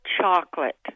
chocolate